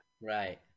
Right